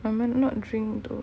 I may not drink though